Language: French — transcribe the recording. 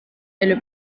est